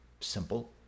Simple